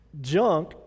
junk